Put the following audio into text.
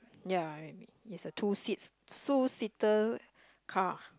ya is a two seats two seater car